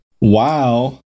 Wow